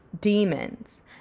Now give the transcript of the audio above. demons